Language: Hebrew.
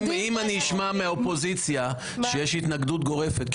שאם אני אשמע מהאופוזיציה שיש התנגדות גורפת,